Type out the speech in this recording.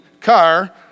car